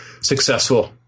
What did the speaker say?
successful